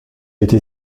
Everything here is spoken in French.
été